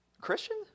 Christian